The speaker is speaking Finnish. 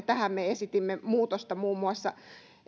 tähän me esitimme muutosta muun muassa